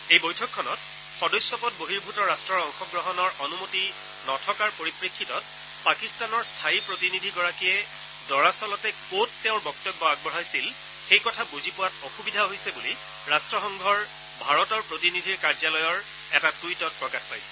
এই বৈঠকখনত সদস্যপদ বহিৰ্ভূত ৰাষ্টৰ অংশগ্ৰহণৰ অনুমতি নথকাৰ পৰিপ্ৰেক্ষিতত পাকিস্তানৰ স্থায়ী প্ৰতিনিধিগৰাকীয়ে দৰাচলতে কত তেওঁৰ বক্তব্য আগবঢ়াইছিল সেই কথা বুজি পোৱাত অসুবিধা হৈছে বুলি ৰাষ্টসংঘৰ ভাৰতৰ প্ৰতিনিধিৰ কাৰ্যালয়ৰ এটা টুইটত প্ৰকাশ পাইছে